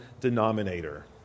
denominator